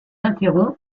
interrompt